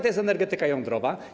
To jest energetyka jądrowa.